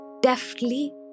deftly